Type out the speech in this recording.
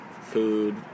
food